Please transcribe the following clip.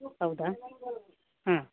ಹೌದಾ ಹಾಂ